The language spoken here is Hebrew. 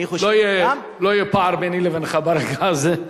אני חושב, לא יהיה פער ביני לבינך ברגע הזה.